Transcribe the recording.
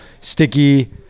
sticky